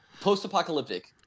Post-apocalyptic